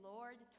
Lord